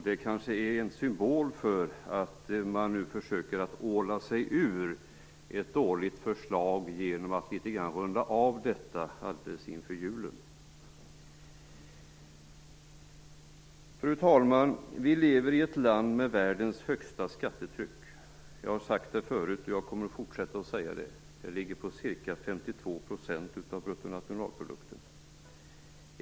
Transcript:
Det är kanske en symbol för att man nu försöker åla sig ur ett dåligt förslag genom att litet grand runda av detta nu inför julen. Fru talman! Vi lever i ett land som har världens högsta skattetryck. Jag har sagt det förut, och jag kommer att fortsätta att säga det. Skattetrycket ligger på ca 52 % av bruttonationalprodukten.